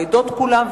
העדות כולן,